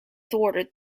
thwarted